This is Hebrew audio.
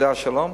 זה השלום?